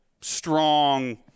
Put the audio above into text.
strong